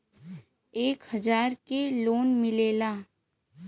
एक हजार के लोन मिलेला?